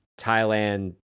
Thailand